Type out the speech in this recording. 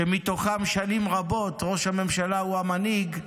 שמתוכן שנים רבות ראש הממשלה הוא המנהיג,